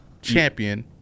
Champion